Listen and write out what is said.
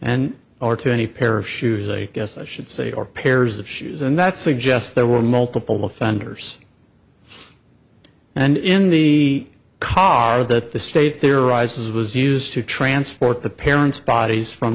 and or to any pair of shoes a guess i should say or pairs of shoes and that suggests there were multiple offenders and in the car that the state theorizes was used to transport the parents bodies from